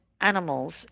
animals